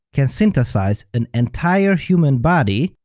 can synthesize an entire human body,